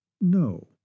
No